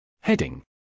Heading